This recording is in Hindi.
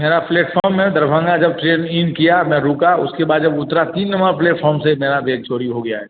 मेरा प्लेटफॉर्म में दरभंगा जब ट्रेन ईन किया मैं रुका उसके बाद जब उतरा तीन नंबर प्लेटफोर्म से मेरा बेग चोरी हो गया है